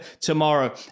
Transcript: tomorrow